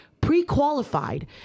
pre-qualified